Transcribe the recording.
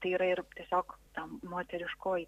tai yra ir tiesiog tam moteriškoji